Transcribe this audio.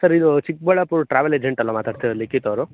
sir ಇದು Chikkaballapur travel agent ಅಲ್ವ ಮಾತಾಡ್ತಾ ಲಿಖಿತ್ ಅವರು